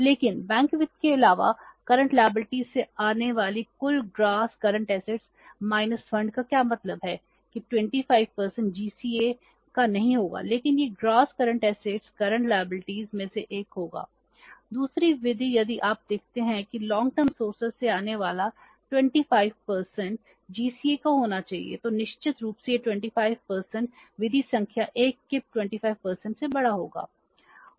लेकिन बैंक वित्त के अलावा करंट लायबिलिटीज का होना चाहिए तो निश्चित रूप से यह 25 विधि संख्या 1 के 25 से बड़ा होगा